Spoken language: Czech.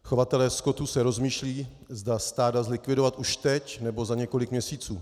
Chovatelé skotu se rozmýšlejí, zda stáda zlikvidovat už teď, nebo za několik měsíců.